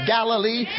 Galilee